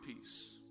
peace